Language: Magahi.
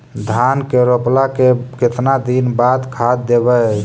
धान के रोपला के केतना दिन के बाद खाद देबै?